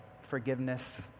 forgiveness